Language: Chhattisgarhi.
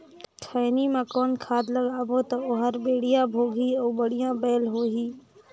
खैनी मा कौन खाद लगाबो ता ओहार बेडिया भोगही अउ बढ़िया बैल होही?